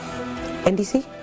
NDC